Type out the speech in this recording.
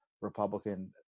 Republican